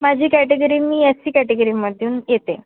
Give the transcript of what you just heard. माझी कॅटेगरी मी S C कॅटेगरीमधून येते